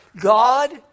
God